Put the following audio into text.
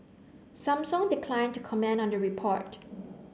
Samsung declined to comment on the report